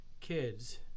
kids